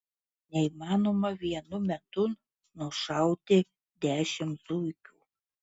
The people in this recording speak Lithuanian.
neįmanoma vienu metu nušauti dešimt zuikių